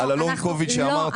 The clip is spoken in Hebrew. אנחנו --- על הלונג קוביד שאמרתם.